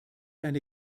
eine